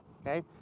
okay